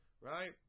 right